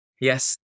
Yes